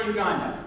Uganda